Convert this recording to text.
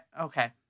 okay